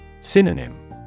Synonym